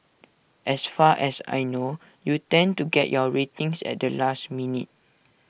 as far as I know you tend to get your ratings at the last minute